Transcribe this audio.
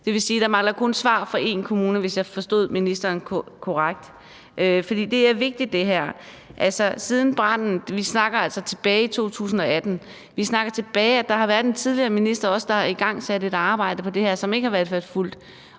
Det vil sige, at der kun mangler svar fra en kommune, hvis jeg forstod ministeren korrekt – for det her er vigtigt. Branden opstod altså tilbage i 2018, og der har været en tidligere minister, der har igangsat et arbejde på det her område, som ikke er blevet fulgt